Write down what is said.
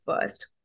first